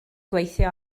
gweithio